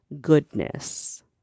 goodness